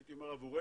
הייתי אומר עבורנו,